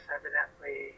evidently